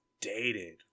dated